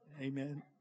Amen